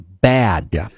bad